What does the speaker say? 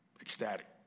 ecstatic